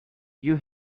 you